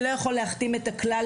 אבל זה לא יכול להכתים את הכלל.